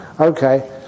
Okay